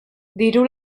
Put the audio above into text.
diru